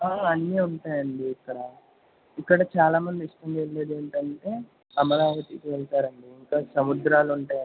అన్నీ ఉంటాయండీ ఇక్కడ ఇక్కడ చాలా మంది ఇష్టంగా వెళ్ళేది ఏంటంటే అమరావతికి వెళ్తారండీ ఇంకా సముద్రాలు ఉంటాయండీ